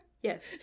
Yes